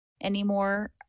anymore